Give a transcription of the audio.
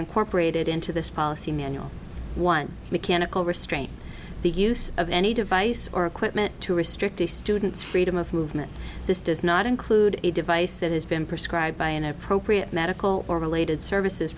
incorporated into this policy manual one mechanical restraint the use of any device or equipment to restrict the student's freedom of movement this does not include a device that has been prescribed by an appropriate medical or related services